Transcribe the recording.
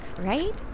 right